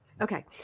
Okay